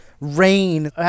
rain